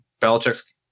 Belichick's